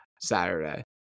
Saturday